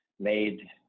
made